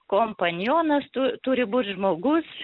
kompanionas tu turi būti žmogus